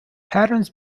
patterns